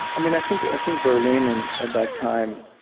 i mean i think i think berlin, and at that time,